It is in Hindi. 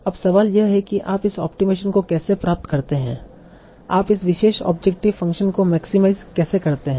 अब सवाल यह है कि आप इस ऑप्टिमाइजेशन को कैसे प्राप्त करते हैं आप इस विशेष ऑब्जेक्टिव फंक्शन को मैक्सीमाईज कैसे करते हैं